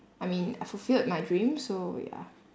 I mean I fulfilled my dream so ya